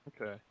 Okay